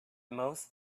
most